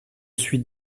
suis